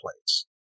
plates